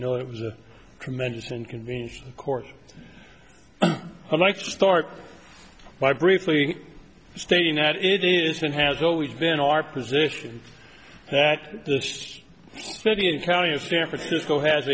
know it was a tremendous inconvenience of course i'd like to start by briefly stating that it is and has always been our position that this city and county of san francisco has